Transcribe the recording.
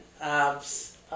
abs